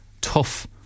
tough